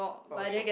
oh shit